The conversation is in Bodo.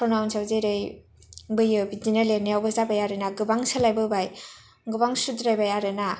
प्रनाउन्सआव जोरै बैयो बिदिनो लिरनायावबो जाबाय आरो ना गोबां सोलायबोबाय गोबां सुद्रायबाय आरो ना